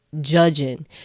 judging